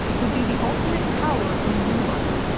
would be the ultimate power in the universe,